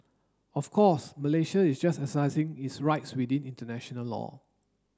of course Malaysia is just exercising its rights within international law